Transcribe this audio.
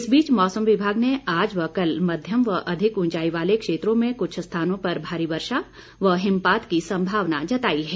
इस बीच मौसम विभाग ने आज व कल मध्यम व अधिक ऊंचाई वाले क्षेत्रों में कुछ स्थानों पर भारी वर्षा व हिमपात की संभावना जताई है